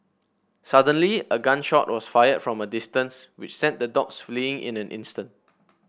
suddenly a gun shot was fired from a distance which sent the dogs fleeing in an instant